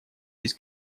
без